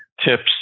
tips